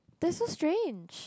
that's so strange